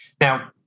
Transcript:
Now